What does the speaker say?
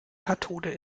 kathode